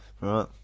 Right